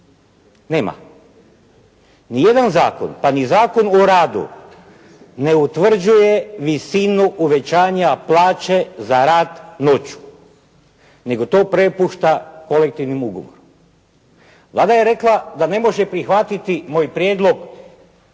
Nema. Nijedan zakon pa ni Zakon o radu ne utvrđuje visinu uvećanja plaće za rad noću. Nego to prepušta kolektivnom ugovoru. Vlada je rekla da ne može prihvatiti moj prijedlog